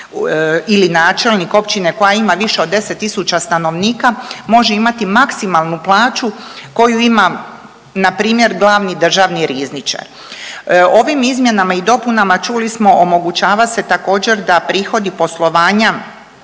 ili načelnik općine koja ima više od 10.000 stanovnika može imati maksimalnu plaću koju ima npr. glavni državni rizničar. Ovim izmjenama i dopunama čuli smo omogućava se također da prihodi poslovanja